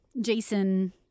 Jason